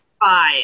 Five